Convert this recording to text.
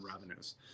revenues